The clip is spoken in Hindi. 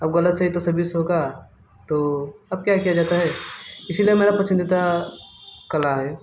अब ग़लत सही तो सभी से होगा तो अब क्या किया जाता है इसी लिए मेरा पसंदीदा कला है